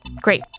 Great